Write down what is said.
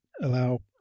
allow